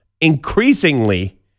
increasingly